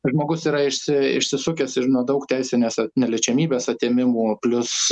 žmogus yra išsi išsisukęs ir nuo daug teisinės neliečiamybės atėmimų plius